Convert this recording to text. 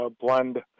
blend